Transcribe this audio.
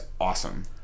awesome